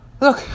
look